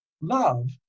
love